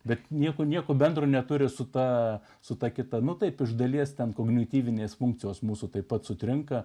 bet nieko nieko bendro neturi su ta su ta kita nu taip iš dalies ten kognityvinės funkcijos mūsų taip pat sutrinka